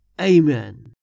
Amen